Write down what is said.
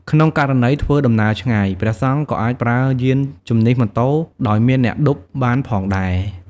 ក្នុងករណីធ្វើដំណើរឆ្ងាយ ព្រះសង្ឃក៏អាចប្រើយានជំនិះម៉ូតូ ដោយមានអ្នកឌុបបានផងដែរ ។